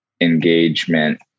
engagement